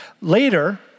Later